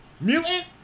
Mutant